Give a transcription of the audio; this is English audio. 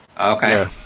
Okay